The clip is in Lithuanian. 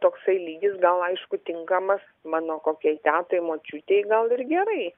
toksai lygis gal aišku tinkamas mano kokiai tetai močiutei gal ir gerai